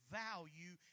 value